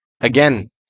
again